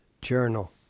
Journal